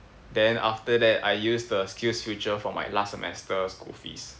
then after that I use the SkillsFuture for my last semester school fees